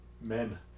men